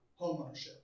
homeownership